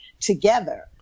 together